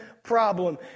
Problem